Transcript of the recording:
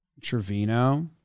Trevino